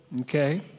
okay